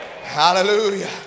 Hallelujah